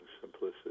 simplicity